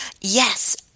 yes